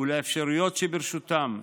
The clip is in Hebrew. ולאפשרויות שברשותם,